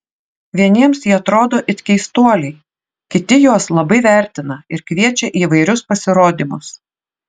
vieniems jie atrodo it keistuoliai kiti juos labai vertina ir kviečia į įvairius pasirodymus